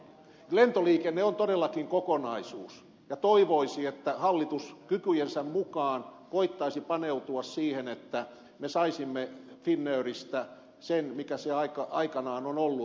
lentoliikenne on todellakin kokonaisuus ja toivoisi että hallitus kykyjensä mukaan koettaisi paneutua siihen että me saisimme finnairista sen mikä se aikanaan on ollut